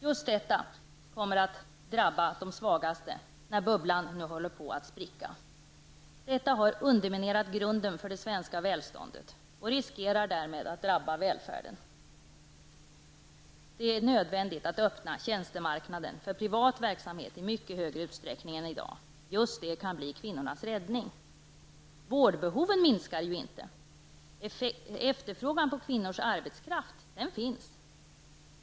Just detta kommer att drabba de svagaste när bubblan nu håller på att spricka. Detta har underminerat grunden för det svenska välståndet och riskerar därmed att drabba välfärden. Det är nödvändigt att öppna tjänstemarknaden för privat verksamhet i mycket högre utsträckning än i dag. Just det kan bli kvinnornas räddning. Vårdbehoven minskar ju inte. Efterfrågan på kvinnors arbetskraft, den finns.